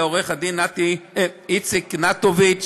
עורך-הדין איציק נטוביץ,